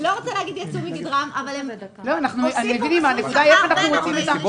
אני לא רוצה להגיד יצאו מגדרם אבל הם עושים פה משהו שהרחיב בהרבה.